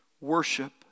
worship